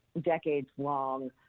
decades-long